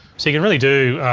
so you can really do,